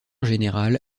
général